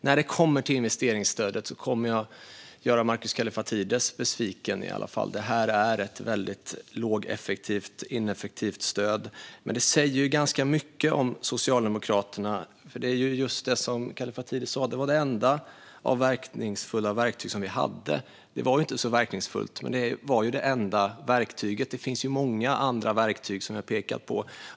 När det gäller investeringsstödet kommer jag dock att göra Markus Kallifatides besviken. Det är ett väldigt ineffektivt stöd. Men det säger ganska mycket om Socialdemokraterna. Det är just som Markus Kallifatides sa: Det var det enda verkningsfulla verktyget som ni hade. Visserligen var det inte så verkningsfullt, men det var det enda verktyget, medan jag pekar på många andra verktyg.